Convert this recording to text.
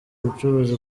ubucuruzi